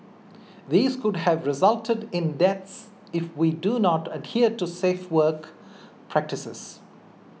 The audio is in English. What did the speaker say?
these could have resulted in deaths if we do not adhere to safe work practices